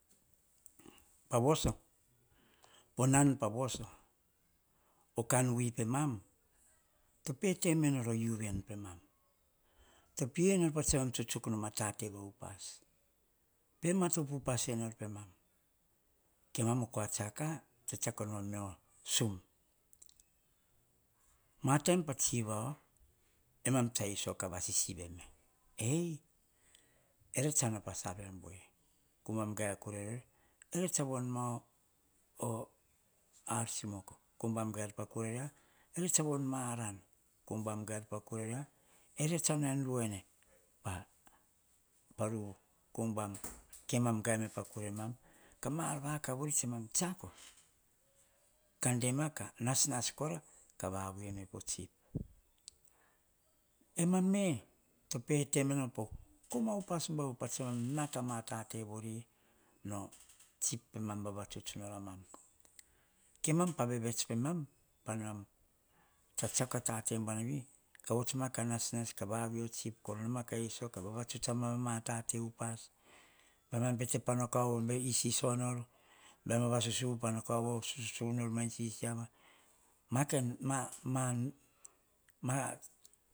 Pavoso, ponan pavoso o kanwi peman, tope teme nor po viu weni pemam. To pe viu enor patsemam tsuktsuk noma, tate vaupas pematopo upas enor pemam. Kemam okoa tsiako, to tsitsiako noma onio sum. Ma taim pa tsivao, emam tsa iso ka vasisivi eme, ei, ere tsa nao pasave bue, ko umbam gae a kurerior, ere tsoa vonmo o-o ar simoko, ko umbam gaier pa kurerio, ere tsa von ma aran, ko umbam gaier pa kureria, ere tsa near ruene. Pa paruvu komam gaeme pa kuremam kama ar vakav tsomam tsiako, kadema ka nasnas kora ka voavui eme po tsip. Emam me to petemenoma po koma upas bau patsomam nata ma tatevori no tsip pomam vatatsuts nor a mam komam pa vevets pemam panomam tsatsiako tatevoanavi kavots maka nasnas kavawi oh tsip kor noma ka iso ka vavatsuts amam patate upas, baima bete paar no kaovo isisonor baima vavasuvu pano kaovo susuvia nor men sisiava makain ma-ma-ma